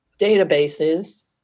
databases